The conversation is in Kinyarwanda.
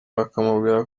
bakamubwira